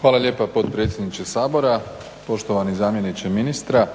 Hvala lijepa potpredsjedniče Sabora. Poštovani zamjeniče ministra.